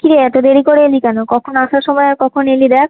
কী রে এতো দেরি করে এলি কেন কখন আসার সমায় আর কখন এলি দেখ